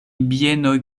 bienoj